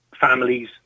families